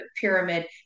pyramid